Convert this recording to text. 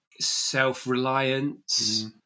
self-reliance